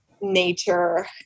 Nature